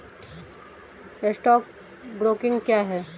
Stock broking क्या है?